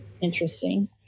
Interesting